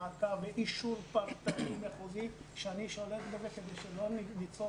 מעקב ואישור פרטני מחוזי שאני שולט בזה כדי שלא ניצור